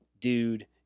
dude